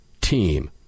team